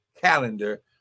calendar